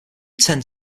tend